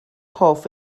hoff